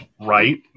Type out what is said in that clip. Right